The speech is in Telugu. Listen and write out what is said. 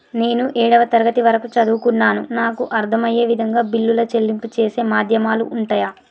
నేను ఏడవ తరగతి వరకు చదువుకున్నాను నాకు అర్దం అయ్యే విధంగా బిల్లుల చెల్లింపు చేసే మాధ్యమాలు ఉంటయా?